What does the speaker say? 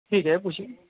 ٹھیک ہے خوشی